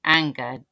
anger